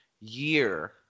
year